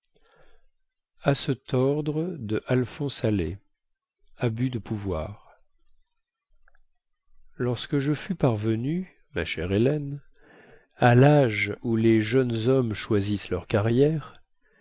abus de pouvoir lorsque je fus parvenu ma chère hélène à lâge où les jeunes hommes choisissent leur carrière